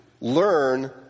learn